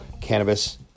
cannabis